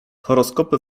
horoskopy